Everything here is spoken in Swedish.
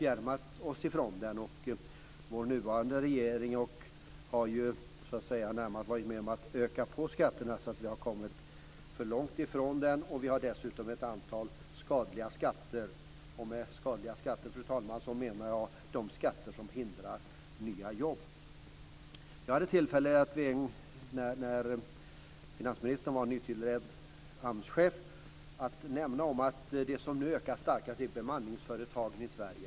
Vår nuvarande regering har närmast ökat på skatterna, så att vi har kommit för långt ifrån skattereformen. Vi har dessutom ett antal skadliga skatter. Med skadliga skatter menar jag, fru talman, de skatter som hindrar nya jobb. När finansministern var nytillträdd AMS-chef hade jag tillfälle att nämna att bemanningsföretagen var de som ökade starkast.